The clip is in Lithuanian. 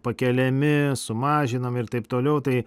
pakeliami sumažinom ir taip toliau tai